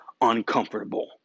uncomfortable